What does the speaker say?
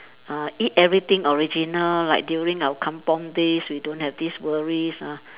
uh eat everything original like during our kampung days we don't have this worries ah